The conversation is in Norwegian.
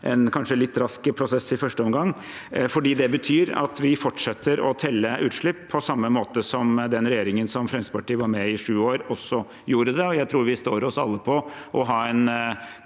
en kanskje litt rask prosess i første omgang. Det betyr at vi fortsetter å telle utslipp på samme måte som den regjeringen Fremskrittspartiet var en del av i sju år, gjorde det. Jeg tror vi alle står oss på å ha en